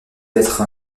d’être